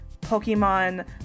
Pokemon